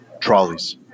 trolleys